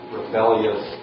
rebellious